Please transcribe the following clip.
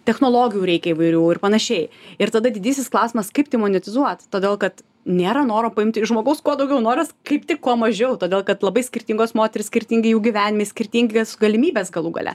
technologijų reikia įvairių ir panašiai ir tada didysis klausimas kaip tai monetizuot todėl kad nėra noro paimt iš žmogaus kuo daugiau noras kaip tik kuo mažiau todėl kad labai skirtingos moterys skirtingi jų gyvenimai skirtingos galimybės galų gale